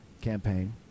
campaign